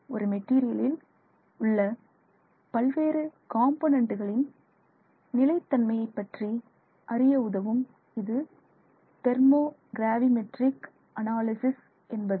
ஒரு மெட்டீரியலில் உள்ள பல்வேறு காம்பொனன்டுகளின் நிலைத்தன்மையை பற்றி அறிய உதவும் இது தெர்மோ கிரேவி மெட்ரிக் அனாலிசிஸ் என்பது